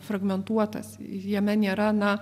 fragmentuotas jame nėra na